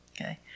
Okay